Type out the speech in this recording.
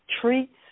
treats